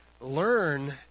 learn